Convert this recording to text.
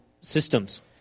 systems